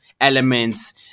elements